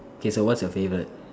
okay so what's your favourite